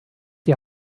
die